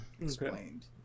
Explained